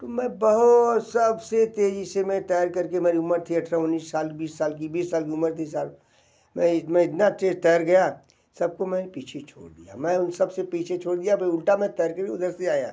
तो मैं बहुत सब से तेज़ी से मैं तैर कर के मेरी उमर थी अट्ठारह उन्नीस साल तो बीस साल की बीस साल की उमर थी साहब मैं मैं इतना तेज़ तैर गया सब को मैंने पीछे छोड़ दिया मैं उन सब से पीछे छोड़ दिया मैं उल्टा मैं तैरते हुए उधर से आया